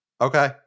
Okay